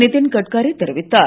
நிதின் கட்காரி தெரிவித்தார்